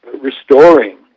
restoring